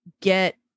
get